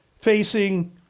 facing